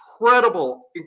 incredible